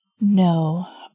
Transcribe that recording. No